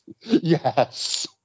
Yes